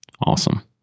Awesome